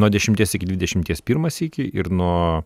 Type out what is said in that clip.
nuo dešimties iki dvidešimties pirmą sykį ir nuo